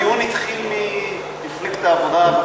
הטיעון התחיל ממפלגת העבודה.